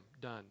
done